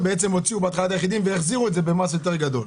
הם בעצם הוציאו בהתחלה את היחידים והחזירו את זה במס יותר גבוה.